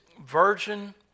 virgin